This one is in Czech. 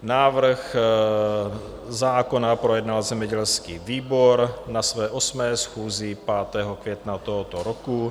Návrh zákona projednal zemědělský výbor na své 8. schůzi 5. května tohoto roku.